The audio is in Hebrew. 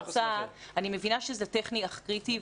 אני מבינה שזה טכני אך קריטי.